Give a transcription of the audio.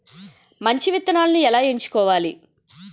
మంచి విత్తనాలను ఎలా ఎంచుకోవాలి?